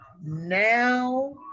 Now